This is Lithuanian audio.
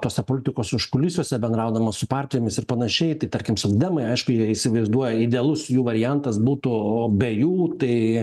tuose politikos užkulisiuose bendraudamas su partijomis ir panašiai tai tarkim socdemai aišku jie įsivaizduoja idealus jų variantas būtų o be jų tai